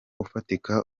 ufatika